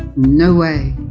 no way.